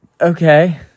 Okay